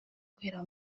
guhera